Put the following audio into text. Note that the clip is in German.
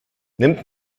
nimmt